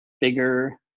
bigger